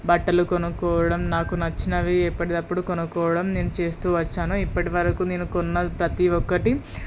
బట్టలు కొనుక్కోవడం నాకు నచ్చినవి ఎప్పటిదప్పుడు కొనుక్కోవడం నేను చేస్తూ వచ్చాను ఇప్పటివరకు నేను కొన్న ప్రతీ ఒక్కటి